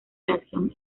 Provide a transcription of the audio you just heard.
reacción